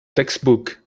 textbook